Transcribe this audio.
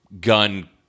gun